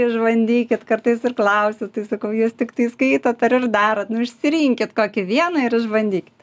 išbandykit kartais ir klausiu tai sakau jūs tiktai skaitot ar ir darot nu išsirinkit kokį vieną ir išbandykit